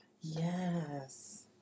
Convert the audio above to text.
Yes